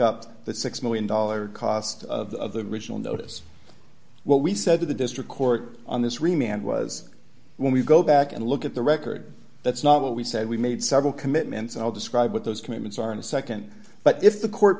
up the six million dollars cost of the original notice what we said to the district court on this remained was when we go back and look at the record that's not what we said we made several commitments i'll describe what those commitments are in a nd but if the court